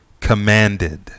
commanded